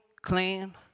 clean